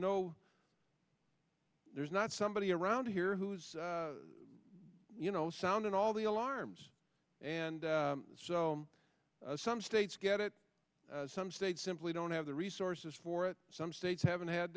no there's not somebody around here who is you know sounding all the alarms and so some states get it some states simply don't have the resources for it some states haven't had